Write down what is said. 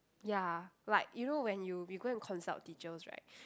ya like you know when you we go and consult teachers right